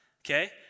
okay